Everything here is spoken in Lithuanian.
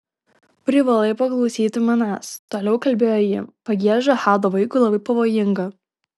privalai paklausyti manęs toliau kalbėjo ji pagieža hado vaikui labai pavojinga